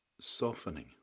softening